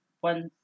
one